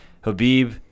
Habib